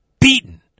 beaten